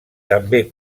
també